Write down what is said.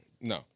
No